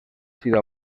sido